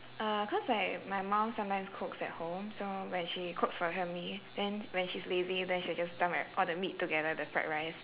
uh cause like my mum sometimes cooks at home so when she cooks for her and me then when she's lazy then she just dump like all the meat together with the fried rice